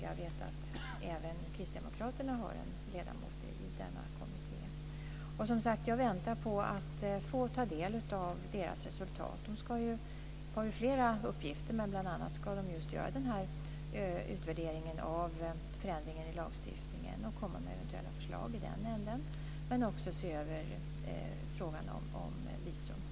Jag vet att även Kristdemokraterna har en ledamot med i denna kommitté. Som sagt, jag väntar på att få ta del av resultatet av kommitténs arbete. Kommittén har flera uppgifter, men den ska bl.a. göra en utvärdering av förändringarna i lagstiftningen och komma med eventuella förslag. Kommittén ska också se över frågan om visum.